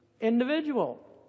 individual